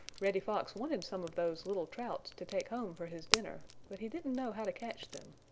reddy fox wanted some of those little trouts to take home for his dinner, but he didn't know how to catch them.